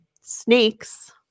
snakes